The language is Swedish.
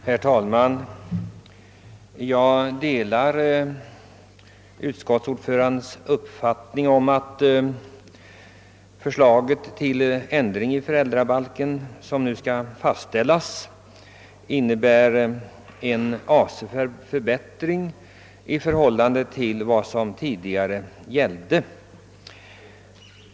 Herr talman! Jag delar utskottsordförandens uppfattning att det förslag till ändring av föräldrabalken som nu skall fastställas innebär en avsevärd förbättring i förhållande till tidigare gällande regler.